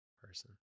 person